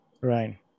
Right